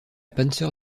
panzer